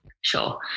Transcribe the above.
sure